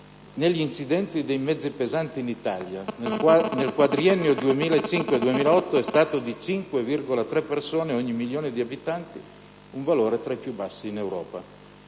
negli incidenti dei mezzi pesanti in Italia nel quadriennio 2005-2008 è stato di 5,3 persone ogni milione di abitanti, un valore tra i più bassi in Europa.